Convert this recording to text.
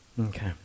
Okay